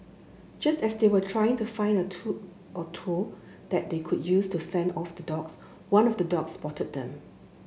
just as they were trying to find a two or tool that they could use to fend off the dogs one of the dogs spotted them